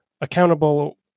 accountable